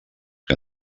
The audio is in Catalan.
que